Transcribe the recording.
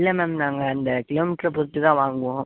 இல்லை மேம் நாங்கள் அந்த கிலோ மீட்டரை பொறுத்து தான் வாங்குவோம்